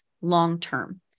long-term